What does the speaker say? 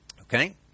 Okay